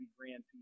Grand